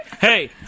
hey